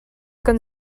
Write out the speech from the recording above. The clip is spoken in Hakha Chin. kan